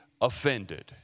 offended